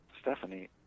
stephanie